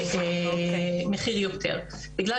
בגלל